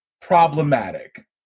problematic